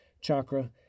chakra